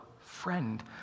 friend